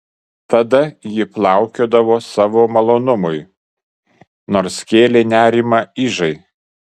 tada ji plaukiodavo savo malonumui nors kėlė nerimą ižai